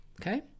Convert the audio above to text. okay